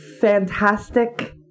fantastic